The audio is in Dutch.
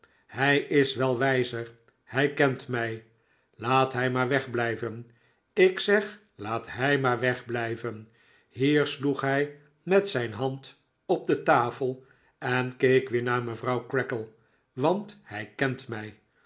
hij is wel wijzer hij kent mij laat hij maar wegblijven ik zeg laat hij maar wegblijven hier sloeg hij met zijn hand op de tafel en keek weer naar mevrouw creakle want hij kent mij